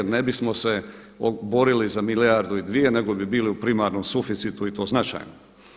Ne bismo se borili za milijardu dvije nego bili u primarnom suficitu i to značajno.